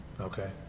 okay